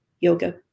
yoga